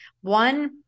One